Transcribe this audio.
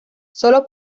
solo